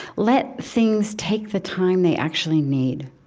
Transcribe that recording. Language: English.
let things take the time they actually need?